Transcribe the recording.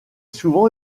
souvent